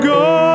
go